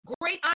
Great